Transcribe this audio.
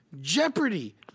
Jeopardy